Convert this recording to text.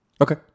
okay